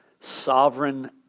sovereign